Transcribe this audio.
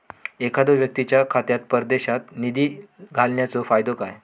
एखादो व्यक्तीच्या खात्यात परदेशात निधी घालन्याचो फायदो काय?